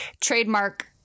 trademark